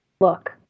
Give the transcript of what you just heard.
look